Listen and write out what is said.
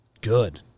good